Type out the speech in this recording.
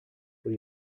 will